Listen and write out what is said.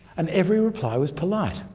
and every reply was polite.